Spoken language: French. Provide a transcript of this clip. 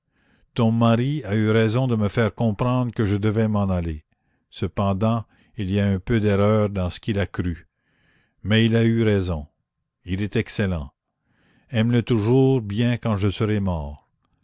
ton mari a eu raison de me faire comprendre que je devais m'en aller cependant il y a un peu d'erreur dans ce qu'il a cru mais il a eu raison il est excellent aime-le toujours bien quand je serai mort